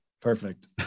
Perfect